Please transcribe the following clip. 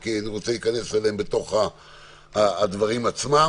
כי אני רוצה להיכנס אליהם בדברים עצמם.